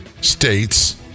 states